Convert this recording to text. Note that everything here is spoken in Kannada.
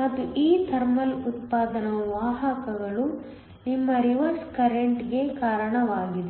ಮತ್ತು ಈ ಥರ್ಮಲ್ ಉತ್ಪಾದನಾ ವಾಹಕಗಳು ನಿಮ್ಮ ರಿವರ್ಸ್ ಕರೆಂಟ್ಗೆ ಕಾರಣವಾಗಿದೆ